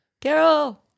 Carol